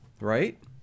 right